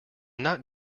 not